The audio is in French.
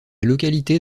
localité